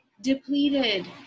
depleted